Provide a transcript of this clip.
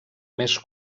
més